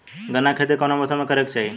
गन्ना के खेती कौना मौसम में करेके चाही?